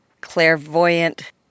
clairvoyant